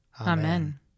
Amen